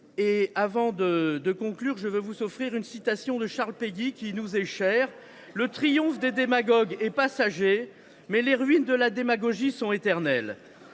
En conclusion, je vous offre cette citation de Charles Péguy, qui nous est chère :« Le triomphe des démagogues est passager, mais les ruines de la démagogie sont éternelles. »